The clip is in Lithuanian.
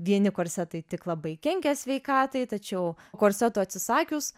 vieni korsetai tik labai kenkia sveikatai tačiau korsetų atsisakius